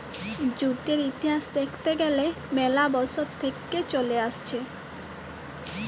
জুটের ইতিহাস দ্যাখতে গ্যালে ম্যালা বসর থেক্যে চলে আসছে